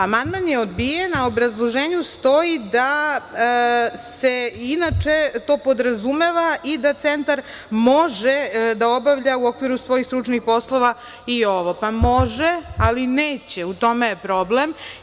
Amandman je odbijen, a u obrazloženju stoji da se inače to podrazumeva i da centar može da obavlja, u okviru svojih stručnih poslova i ovo, pa može, ali neće, u tome je problem.